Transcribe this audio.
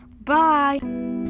Bye